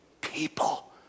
people